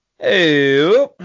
Hey